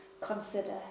consider